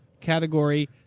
category